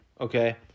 Okay